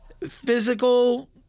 physical